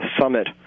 Summit